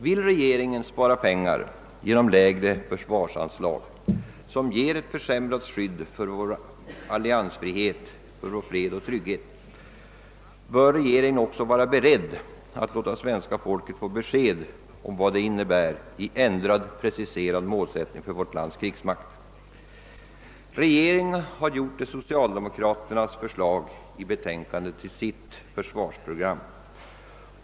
Vill regeringen spara pengar genom lägre försvarsanslag, som ger ett försämrat skydd för vår alliansfrihet, vår fred och frihet, bör regeringen också vara beredd att låta svenska folket få besked om vad detta innebär i ändrad och preciserad målsättning för vårt lands krigsmakt. Regeringen har gjort de socialdemokratiska utredarnas förslag i försvarsutredningens betänkande till sitt försvarsprogram.